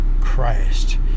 Christ